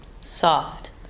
soft